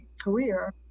career